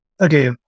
okay